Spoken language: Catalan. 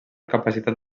capacitat